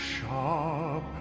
sharp